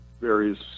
various